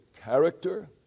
character